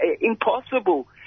impossible